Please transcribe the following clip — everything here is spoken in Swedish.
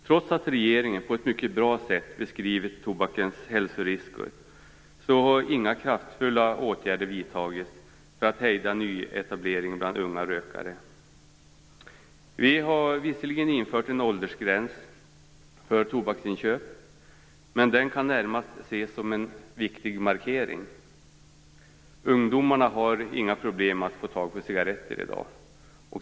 Trots att regeringen på ett mycket bra sätt har beskrivit tobakens hälsorisker har inga kraftfulla åtgärder vidtagits för att hejda nyetableringen av unga rökare. Vi har visserligen infört en åldersgräns för tobaksinköp, men den kan närmast ses som en viktig markering. Ungdomarna har inga problem att få tag i cigaretter i dag.